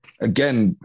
again